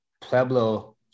Pueblo